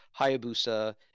Hayabusa